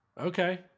Okay